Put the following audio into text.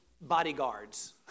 bodyguards